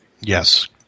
Yes